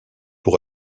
pour